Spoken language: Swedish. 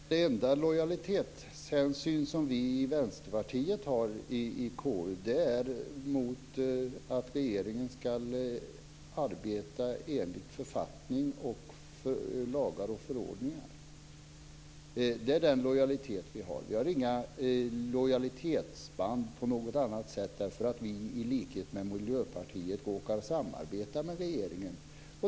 Fru talman! Den enda lojalitetshänsyn som vi i Vänsterpartiet har i KU gäller att regeringen ska arbeta enligt författning och enligt lagar och förordningar. Det är den lojalitet som vi känner. Vi har inga lojalitetsband därför att vi i likhet med Miljöpartiet råkar samarbeta med regeringen.